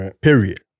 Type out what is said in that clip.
Period